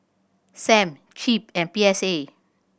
Sam CIP and P S A